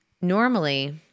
Normally